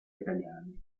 italiane